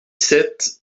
sept